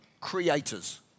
creators